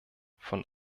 von